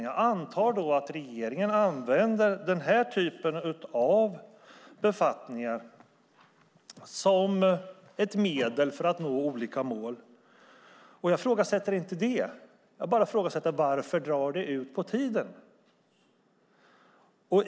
Jag antar då att regeringen använder den här typen av befattningar som ett medel för att nå olika mål. Jag ifrågasätter inte det. Jag undrar bara: Varför drar det ut på tiden?